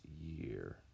year